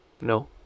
No